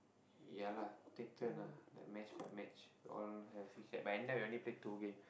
ya lah take turn lah like match by match we all have but end up we only played two game